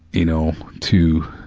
you know, to.